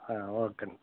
ఓకేనమ్మ